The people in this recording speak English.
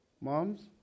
Moms